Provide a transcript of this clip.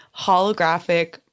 holographic